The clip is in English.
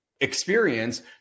experience